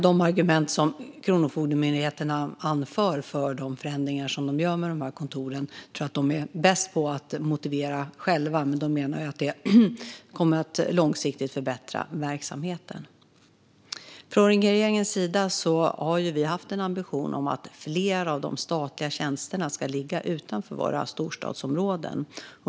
De argument som Kronofogdemyndigheten anför för de förändringar som de gör med kontoren tror jag att de är bäst på att motivera själva, men de menar att förändringarna långsiktigt kommer att förbättra verksamheten. Från regeringens sida har vi haft en ambition om att fler av de statliga tjänsterna ska ligga utanför våra storstadsområden.